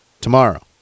tomorrow